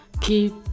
keep